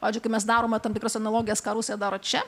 pavyzdžiui kai mes darome tam tikras analogijas ką rusija daro čia